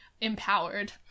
empowered